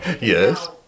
yes